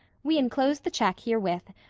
we enclose the check herewith.